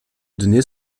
données